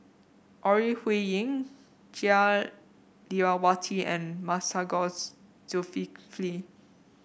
Ore Huiying Jah Lelawati and Masagos Zulkifli